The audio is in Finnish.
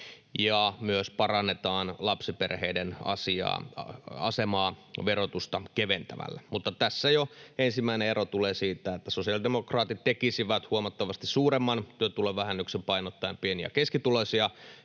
ja myös parannetaan lapsiperheiden asemaa verotusta keventämällä. Mutta tässä jo ensimmäinen ero tulee siitä, että sosiaalidemokraatit tekisivät huomattavasti suuremman työtulovähennyksen painottaen pieni- ja keskituloisia